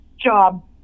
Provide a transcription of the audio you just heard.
job